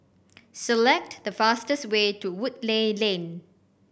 select the fastest way to Woodleigh Lane